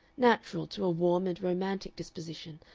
natural to a warm and romantic disposition,